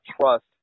trust